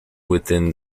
within